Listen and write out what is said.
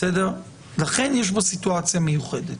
לכן יש פה סיטואציה מיוחדת.